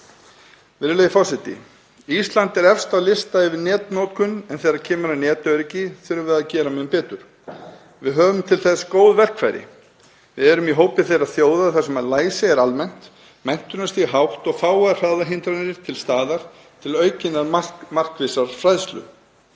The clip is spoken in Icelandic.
Ísland er efst á lista yfir netnotkun en þegar kemur að netöryggi þurfum við að gera mun betur. Við höfum til þess góð verkfæri. Við erum í hópi þeirra þjóða þar sem læsi er almennt, menntunarstig hátt og fáar hraðahindranir til staðar til aukinnar og markvissrar fræðslu.